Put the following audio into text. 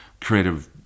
creative